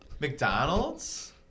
McDonald's